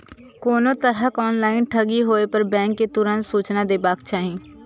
कोनो तरहक ऑनलाइन ठगी होय पर बैंक कें तुरंत सूचना देबाक चाही